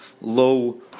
low